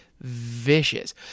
vicious